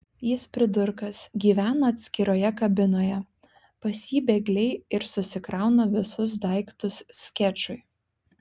jis pridurkas gyvena atskiroje kabinoje pas jį bėgliai ir susikrauna visus daiktus skečui